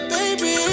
Baby